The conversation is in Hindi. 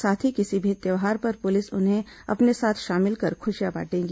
साथ ही किसी भी त्यौहार पर पुलिस उन्हें अपने साथ शामिल कर खुशियां बांटेगी